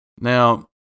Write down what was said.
Now